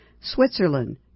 Switzerland